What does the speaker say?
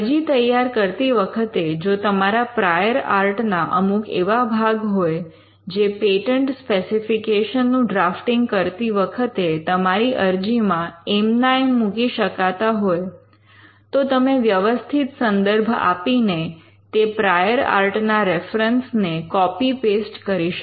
અરજી તૈયાર કરતી વખતે જો તમારા પ્રાયોર આર્ટ ના અમુક એવા ભાગ હોય જે પેટન્ટ સ્પેસિફિકેશન નું ડ્રાફ્ટીંગ કરતી વખતે તમારી અરજીમાં એમના એમ મૂકી શકાતા હોય તો તમે વ્યવસ્થિત સંદર્ભ આપીને તે પ્રાયોર આર્ટ ના રેફરન્સ ને કૉપિ પેસ્ટ કરી શકો